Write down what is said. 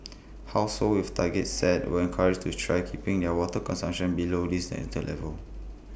households with targets set were encouraged to try keeping their water consumption below these enter levels